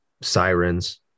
sirens